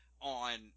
on